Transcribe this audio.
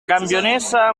campionessa